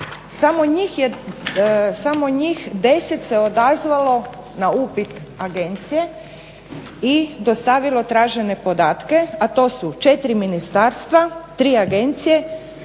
samo njih 10 se odazvalo na upit agencije i dostavilo tražene podatke, a to su 4 ministarstva, 3 agencije